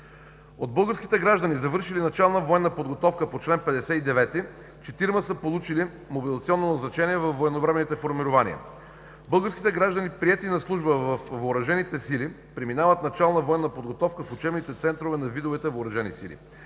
От българските граждани, завършили начална военна подготовка по чл. 59, четирима са получили мобилизационно назначение във военновременните формирования. Българските граждани, приети на служба във въоръжените сили, преминават начална военна подготовка в учебните центрове на видовете въоръжени сили.